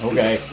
Okay